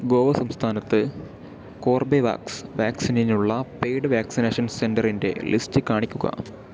ഗോവ സംസ്ഥാനത്ത് കോർബെവാക്സ് വാക്സിനിനുള്ള paid vaccination സെൻറ്ററിൻ്റെ ലിസ്റ്റ് കാണിക്കുക